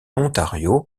ontario